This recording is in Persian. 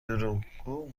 دروغگو